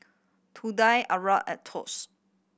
Trudie and Thos